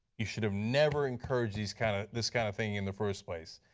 you should have never encouraged this kind of this kind of thing in the first place.